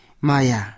maya